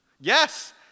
Yes